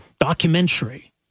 documentary